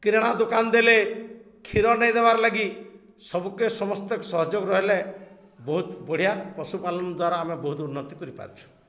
କିରଣା ଦୋକାନ ଦେଲେ କ୍ଷୀର ନେଇ ଦେବାର୍ ଲାଗି ସବୁକେ ସମସ୍ତେ ସହଯୋଗ ରହିଲେ ବହୁତ ବଢ଼ିଆ ପଶୁପାଲନ ଦ୍ୱାରା ଆମେ ବହୁତ ଉନ୍ନତି କରିପାରୁଛୁ